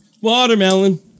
Watermelon